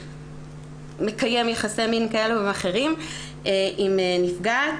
מקיים יחסי מין כאלה ואחרים עם נפגעת.